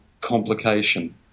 complication